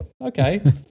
okay